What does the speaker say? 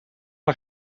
een